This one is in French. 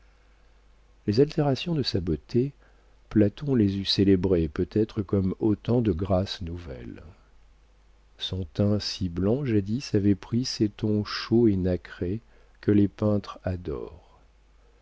les altérations de sa beauté platon les eût célébrées peut-être comme autant de grâces nouvelles son teint si blanc jadis avait pris ces tons chauds et nacrés que les peintres adorent